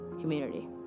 community